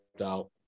out